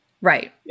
Right